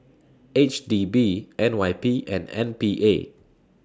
H D B N Y P and M P A